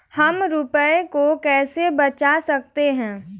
हम रुपये को कैसे बचा सकते हैं?